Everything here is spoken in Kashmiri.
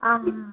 آ